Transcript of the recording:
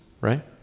right